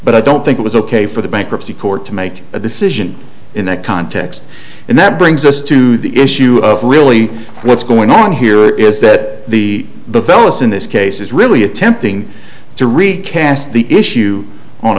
but i don't think it was ok for the bankruptcy court to make a decision in that context and that brings us to the issue of really what's going on here is that the the fellas in this case is really attempting to recast the issue on